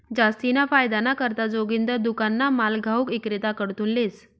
जास्तीना फायदाना करता जोगिंदर दुकानना माल घाऊक इक्रेताकडथून लेस